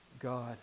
God